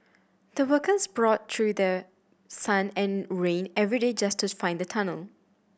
the workers brought through the sun and rain every day just to find the tunnel